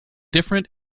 different